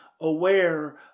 aware